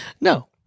No